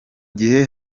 gihe